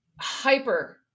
hyper